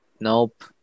Nope